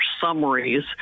summaries